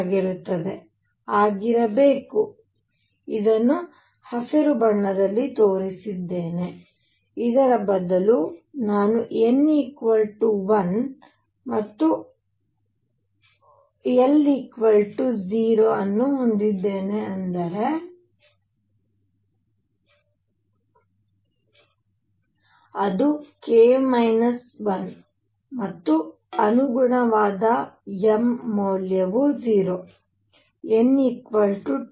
ಆಗಿರಬೇಕು ಇದನ್ನು ಹಸಿರು ಬಣ್ಣದಲ್ಲಿ ತೋರಿಸಲಿದ್ದೇನೆ ಇದರ ಬದಲು ನಾನು n 1 ಮತ್ತು l 0 ಅನ್ನು ಹೊಂದಿದ್ದೇನೆ ಅಂದರೆ ಅದು k 1 ಮತ್ತು ಅನುಗುಣವಾದ m ಮೌಲ್ಯವು 0